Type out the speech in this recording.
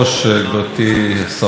חברות וחברי הכנסת,